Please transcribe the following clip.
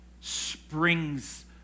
springs